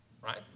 right